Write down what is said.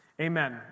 Amen